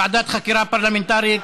ועדת חקירה פרלמנטרית,